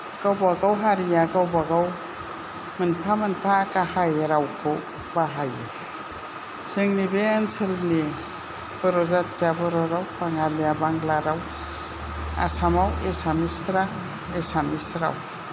गावबा गाव हारिया गावबा गाव मोनफा मोनफा गाहाइ रावखौ बाहायो जोंनि बे ओनसोलनि बर' जातिया बर' राव बाङालिया बांला राव आसामाव एसामिसफोरा एसामिस राव